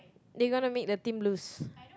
they gonna make the team lose